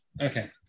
okay